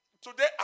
today